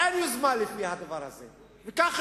לפי הדבר הזה, כבר אין יוזמה.